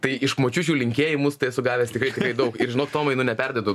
tai iš močiučių linkėjimus tai esu gavęs tikrai tikrai daug ir žinok tomai nu neperdedu